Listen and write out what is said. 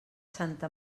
santa